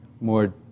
more